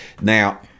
Now